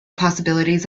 possibilities